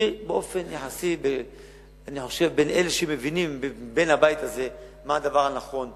אני חושב שאני בין אלה שמבינים בבית הזה מה הדבר הנכון לעשות,